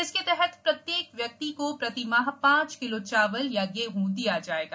इसके तहत प्रत्येक व्यक्ति को प्रति माह पांच किलो चावल या गेहं दिया जाएगा